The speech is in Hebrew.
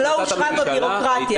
לא אושרה בבירוקרטיה.